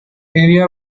area